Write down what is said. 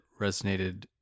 resonated